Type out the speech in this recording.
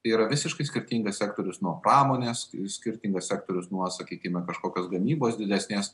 tai yra visiškai skirtingas sektorius nuo pramonės skirtingas sektorius nuo sakykime kažkokios gamybos didesnės